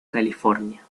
california